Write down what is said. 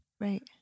right